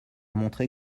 montrer